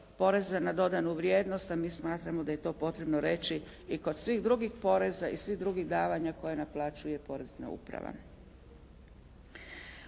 poreza na dodanu vrijednost a mi smatramo da je to potrebno reći i kod svih drugih poreza i svih drugih davanja koje naplaćuje porezna uprava.